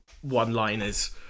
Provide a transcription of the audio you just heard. one-liners